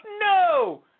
No